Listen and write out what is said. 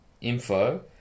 Info